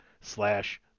slash